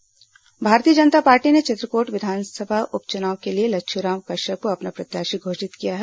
चित्रकोट उप चुनाव भारतीय जनता पार्टी ने चित्रकोट विधानसभा उप चुनाव के लिए लच्छुराम कश्यप को अपना प्रत्याशी घोषित किया है